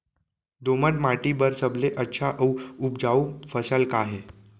दोमट माटी बर सबले अच्छा अऊ उपजाऊ फसल का हे?